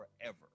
forever